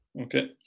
Okay